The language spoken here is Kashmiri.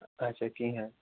اچھا کہینۍ